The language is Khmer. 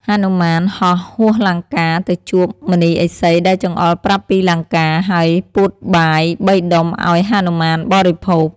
ហនុមានហោះហួសលង្កា ទៅជួបមុនីឥសីដែលចង្អុលប្រាប់ពីលង្កា ហើយពួតបាយ ៣ដុំឱ្យហនុមានបរិភោគ។